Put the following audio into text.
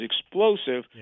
explosive